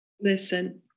Listen